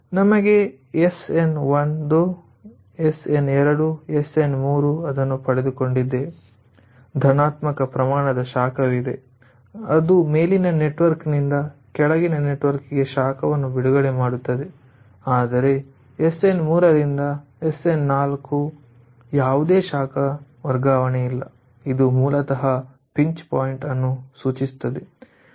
ನಮಗೆ SN one SN two SN three ಅನ್ನು ಪಡೆದುಕೊಂಡಿದ್ದೇವೆ ಧನಾತ್ಮಕ ಪ್ರಮಾಣದ ಶಾಖವಿದೆ ಅದು ಮೇಲಿನ ನೆಟ್ವರ್ಕ್ನಿಂದ ಕೆಳಗಿನ ನೆಟ್ವರ್ಕ್ ಗೆ ಶಾಖವನ್ನು ಬಿಡುಗಡೆ ಮಾಡುತ್ತದೆ ಆದರೆ ಎಸ್ಎನ್ 3 ರಿಂದ ಎಸ್ಎನ್ 4 ಯಾವುದೇ ಶಾಖ ವರ್ಗಾವಣೆಯಿಲ್ಲ ಇದು ಮೂಲತಃ ಪಿಂಚ್ ಪಾಯಿಂಟ್ ಅನ್ನು ಸೂಚಿಸುತ್ತದೆ